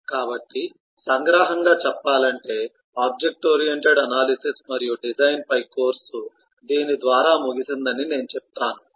కాబట్టి సంగ్రహంగా చెప్పాలంటే ఆబ్జెక్ట్ ఓరియెంటెడ్ అనాలిసిస్ మరియు డిజైన్పై కోర్సు దీని ద్వారా ముగిసిందని నేను చెప్తాను